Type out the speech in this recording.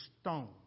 stone